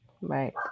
Right